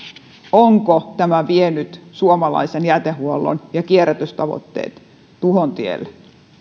onko tämä vienyt suomalaisen jätehuollon ja kierrätystavoitteet tuhon tielle